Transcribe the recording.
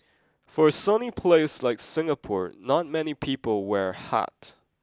for a sunny place like Singapore not many people wear hat